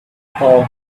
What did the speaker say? told